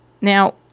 Now